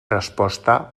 resposta